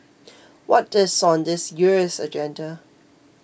what is on this year's agenda